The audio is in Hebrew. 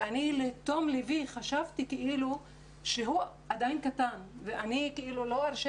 ואני לתומי חשבתי שהוא עדיין קטן ואני לא ארשה